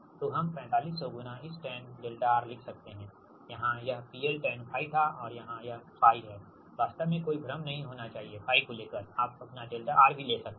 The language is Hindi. तो हम 4500 गुणा इस tan𝛿R लिख सकते हैं यहाँ यह PL Tan𝜑 था और यहाँ यह 𝜑 है वास्तव में कोई भ्रम नहीं होना चाहिए 𝜑 को लेकर आप अपना 𝛿R भी ले सकते हैं